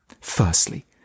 Firstly